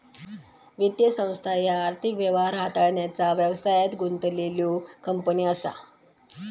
वित्तीय संस्था ह्या आर्थिक व्यवहार हाताळण्याचा व्यवसायात गुंतलेल्यो कंपनी असा